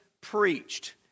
preached